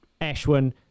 Ashwin